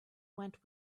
went